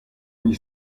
negli